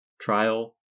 trial